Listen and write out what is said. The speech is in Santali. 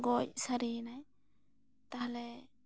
ᱜᱚᱡ ᱥᱟᱨᱮ ᱮᱱᱟᱭ ᱛᱟᱦᱚᱞᱮ